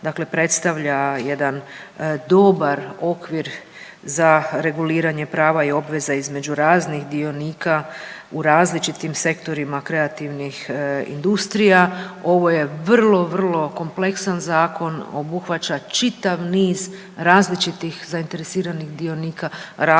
dakle predstavlja jedan dobar okvir za reguliranje prava i obveza između raznih dionika u različitim sektorima kreativnih industrija. Ovo je vrlo, vrlo kompleksan zakon. Obuhvaća čitav niz različitih zainteresiranih dionika, različitih